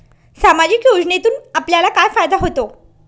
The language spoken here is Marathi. सामाजिक योजनेतून आपल्याला काय फायदा होतो?